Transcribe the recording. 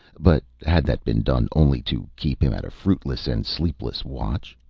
but had that been done only to keep him at a fruitless and sleepless watch?